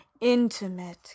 intimate